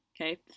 Okay